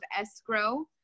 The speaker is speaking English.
escrow